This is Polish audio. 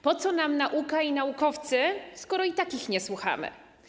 Po co nam nauka i naukowcy, skoro i tak ich nie słuchamy?